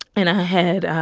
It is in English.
and i had i